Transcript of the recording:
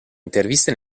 interviste